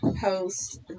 post